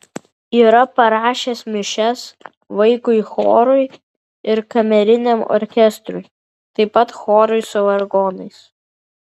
yra parašęs mišias vaikui chorui ir kameriniam orkestrui taip pat chorui su vargonais